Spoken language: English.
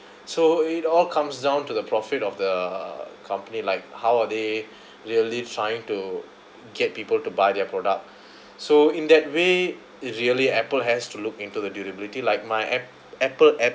so it all comes down to the profit of the company like how are they really trying to get people to buy their product so in that way it really Apple has to look into the durability like my app~ Apple app